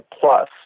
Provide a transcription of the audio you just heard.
plus